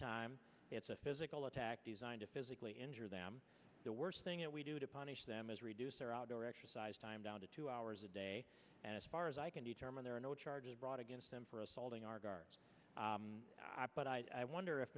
time it's a physical attack designed to physically injure them the worst thing we do to punish them is reduce their outdoor exercise time down to two hours a day and as far as i can determine there are no charges brought against them for assaulting our guards but i wonder if